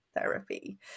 therapy